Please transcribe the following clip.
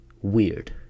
weird